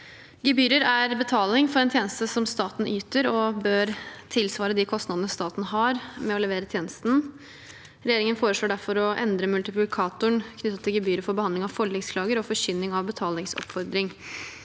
Gebyrer er betaling for en tjeneste som staten yter, og bør tilsvare de kostnadene staten har med å levere tjenesten. Regjeringen foreslår derfor å endre multiplikatoren knyttet til gebyret for behandling av forliksklager og forkynning av betalingsoppfordring.